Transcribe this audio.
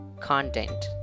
content